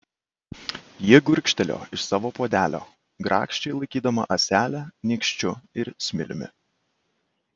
ji gurkštelėjo iš savo puodelio grakščiai laikydama ąselę nykščiu ir smiliumi